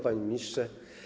Panie Ministrze!